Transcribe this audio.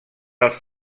als